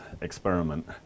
experiment